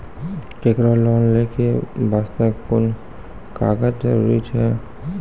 केकरो लोन लै के बास्ते कुन कागज जरूरी छै?